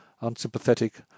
unsympathetic